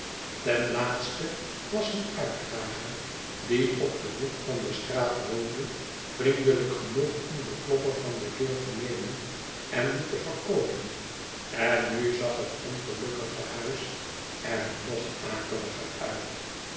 ten laatste was een uitdrager die op den hoek van de straat woonde vriendelijk genoeg om den klopper van de deur te nemen en dien te verkoopen en nu zag het ongelukkige huis er nog akeliger uit